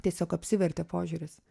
tiesiog apsivertė požiūris